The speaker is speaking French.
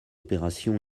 opération